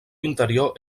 interior